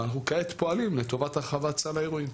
ואנחנו כעת פועלים לטובת הרחבת סל האירועים.